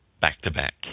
back-to-back